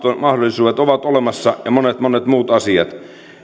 mahdollisuudet ovat olemassa ja monet monet muut asiat